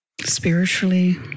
...spiritually